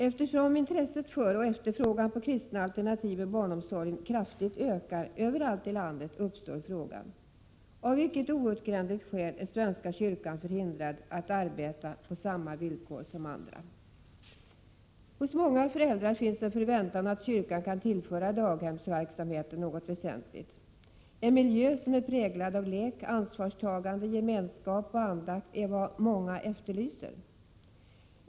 Eftersom intresset för och efterfrågan på kristna alternativ i barnomsorgen kraftigt ökar i hela landet uppstår frågan: Av vilket outgrundligt skäl är svenska kyrkan förhindrad att arbeta på samma villkor som andra? Hos många föräldrar finns en förväntan att kyrkan kan tillföra daghemsverksamheten något väsentligt. En miljö som är präglad av lek, ansvarstagande, gemenskap och andakt är vad många efterlyser.